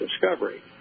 discovery